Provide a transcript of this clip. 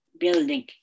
Building